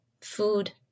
food